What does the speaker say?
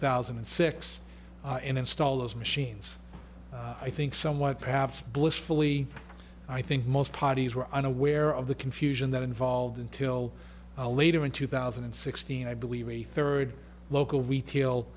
thousand and six and install those machines i think somewhat perhaps blissfully i think most parties were unaware of the confusion that involved until later in two thousand and sixteen i believe a third local